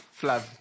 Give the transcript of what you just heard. Flav